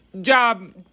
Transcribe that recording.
Job